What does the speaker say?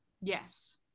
Yes